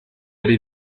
ari